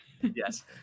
yes